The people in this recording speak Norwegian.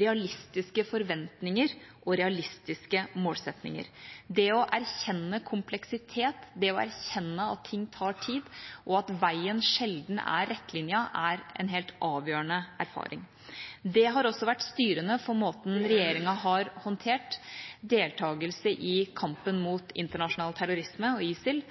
realistiske forventninger og realistiske målsettinger. Det å erkjenne kompleksitet, det å erkjenne at ting tar tid, og at veien sjelden er rettlinjet, er en helt avgjørende erfaring. Det har også vært styrende for måten regjeringa har håndtert deltagelse i kampen mot internasjonal terrorisme og ISIL